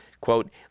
quote